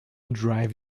drive